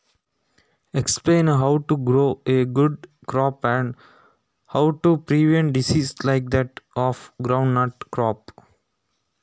ಉತ್ತಮ ಬೆಳೆ ಬೆಳೆಯುವ ವಿಧಾನ ತಿಳಿಸಿ ಮತ್ತು ಅಡಿಕೆ ಬೆಳೆಗೆ ರೋಗ ಬರದಂತೆ ಹೇಗೆ ತಡೆಗಟ್ಟಬಹುದು?